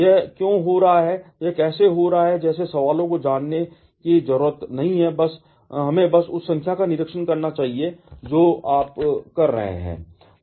यह क्यों हो रहा है या यह कैसे हो रहा है जैसे सवालों को जाने की जरूरत नहीं है हमें बस उस संख्या का निरीक्षण करना चाहिए जो आप कर रहे हैं